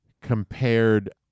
compared